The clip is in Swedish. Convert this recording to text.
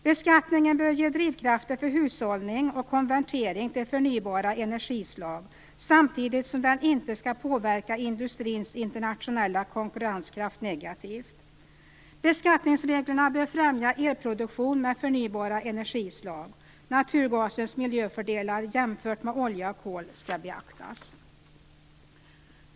Beskattningen bör ge drivkrafter för hushållning och konvertering till förnybara energislag samtidigt som den inte skall påverka industrins internationella konkurrenskraft negativt. Beskattningsreglerna bör främja elproduktion med förnybara energislag. Naturgasens miljöfördelar jämfört med olja och kol skall beaktas.